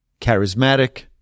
charismatic